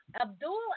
Abdul